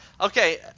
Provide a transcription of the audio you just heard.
okay